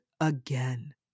again